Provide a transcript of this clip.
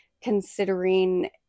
considering